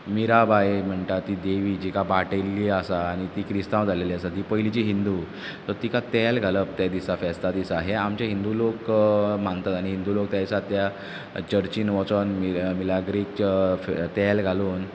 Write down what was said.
मिरा बाय म्हणटा ती देवी जिका बाटयिल्ली आसा आनी ती क्रिस्तांव जाल्लेली आसा ती पयलींची हिंदू सो तिका तेल घालप त्या दिसा फेस्ता दिसा हें आमचें हिंदू लोक मानतात आनी हिंदू लोक तें दिसा त्या चर्चीन वचोन मिला मिलाग्रीक तेल घालून